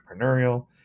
entrepreneurial